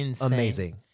amazing